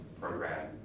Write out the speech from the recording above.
program